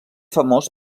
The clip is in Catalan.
famós